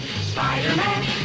Spider-Man